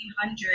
hundred